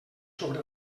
sobre